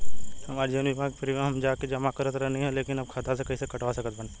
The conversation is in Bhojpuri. हमार जीवन बीमा के प्रीमीयम हम जा के जमा करत रहनी ह लेकिन अब खाता से कइसे कटवा सकत बानी?